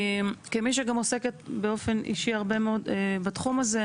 כמי שגם עוסקת באופן אישי הרבה מאוד בתחום הזה,